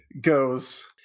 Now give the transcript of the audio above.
goes